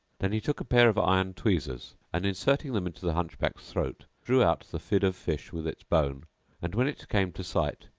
then he took a pair of iron tweezers and, inserting them into the hunchback's throat, drew out the fid of fish with its bone and, when it came to sight,